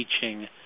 teaching